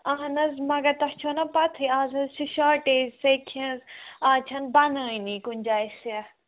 اَہَن حظ مگر تۄہہِ چھو نا پَتٕہ ہٕے آز حظ چھِ شاٹیج سیٚکہِ ہٕنٛز آز چھَنہٕ بَنٲنی کُنہِ جایہِ سیٚکھ